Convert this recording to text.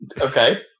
Okay